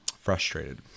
frustrated